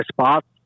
spots